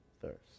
thirst